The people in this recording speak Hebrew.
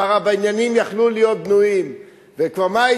כבר הבניינים יכלו להיות בנויים,